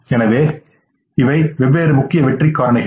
எனவே இவை வெவ்வேறு முக்கிய வெற்றிக் காரணிகள்